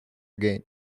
again